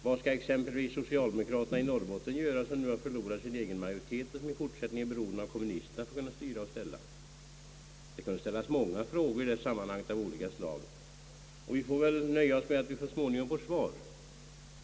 Vad skall exempelvis socialdemokraterna i Norrbotten göra, som nu har förlorat sin egen majoritet och i fortsättningen är beroende av kommunisterna för att kunna styra och ställa? Det kunde ställas många frågor av olika slag i det här sammanhanget. Vi får väl nöja oss med att vi får svar så småningom.